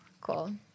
cool